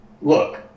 look